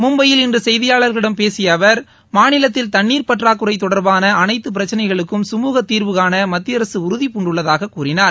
மும்பையில் இன்று செய்தியாளர்களிடம் பேசிய அவர் மாநிலத்தில் தண்ணீர் பற்றாக்குறை தொடர்பாள அனைத்து பிரச்சினைகளுக்கும் சுமூக தீர்வுகாண மத்தியஅரசு உறுதிபூண்டுள்ளதாக கூறினார்